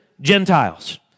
Gentiles